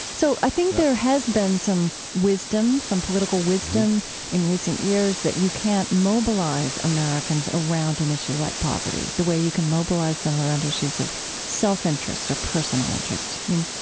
so, i think there, yeah, has been some wisdom, some political wisdom in recent years that you can't mobilize americans around an issue like poverty the way you can mobilize them around issues of self-interest or personal interest. i mean,